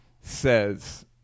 says